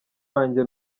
wanjye